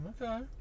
Okay